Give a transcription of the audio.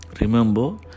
Remember